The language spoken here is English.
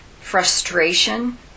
frustration